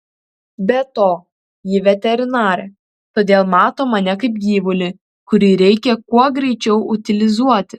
be to ji veterinarė todėl mato mane kaip gyvulį kurį reikia kuo greičiau utilizuoti